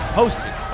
hosted